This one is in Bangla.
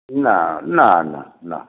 না না না না